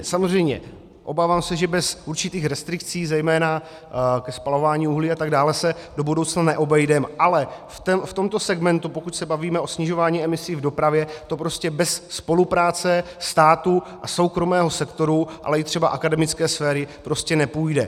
Samozřejmě, obávám se, že bez určitých restrikcí zejména ke spalování uhlí atd. se do budoucna neobejdeme, ale v tomto segmentu, pokud se bavíme o snižování emisí v dopravě, to prostě bez spolupráce státu a soukromého sektoru, ale i třeba akademické sféry prostě nepůjde.